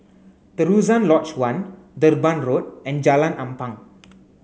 Terusan Lodge One Durban Road and Jalan Ampang